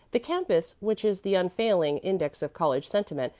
the campus, which is the unfailing index of college sentiment,